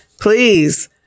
Please